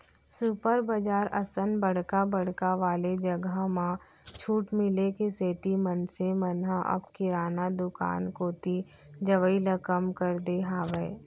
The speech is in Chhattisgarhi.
सुपर बजार असन बड़का बड़का वाले जघा म छूट मिले के सेती मनसे मन ह अब किराना दुकान कोती जवई ल कम कर दे हावय